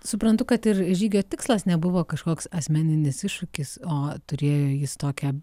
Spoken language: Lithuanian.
suprantu kad ir žygio tikslas nebuvo kažkoks asmeninis iššūkis o turėjo jis tokią